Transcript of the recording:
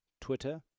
Twitter